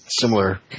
similar